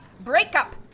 breakup